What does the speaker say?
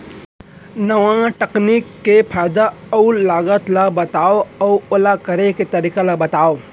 नवा तकनीक के फायदा अऊ लागत ला बतावव अऊ ओला करे के तरीका ला बतावव?